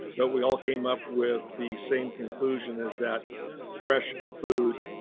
but we all came up with the same conclusion is that fresh food,